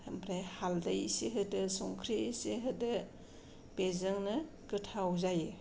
ओमफ्राय हाल्दै इसे होदो संख्रि इसे होदो बेजोंनो गोथाव जायो